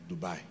Dubai